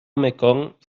mekong